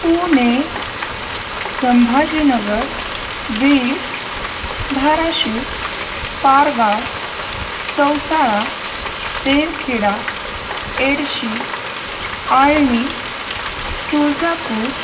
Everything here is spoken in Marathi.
पुणे संभाजीनगर बीड धाराशिव पारगांव चौसाळा तेरखेडा एडशी आळणी तुळजापूर